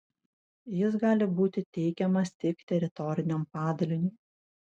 jis gali būti teikiamas tik teritoriniam padaliniui